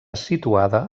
situada